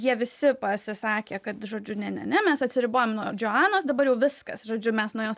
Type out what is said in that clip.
jie visi pasisakė kad žodžiu ne ne ne mes atsiribojam nuo džoanos dabar jau viskas žodžiu mes nuo jos